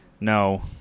No